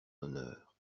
honneur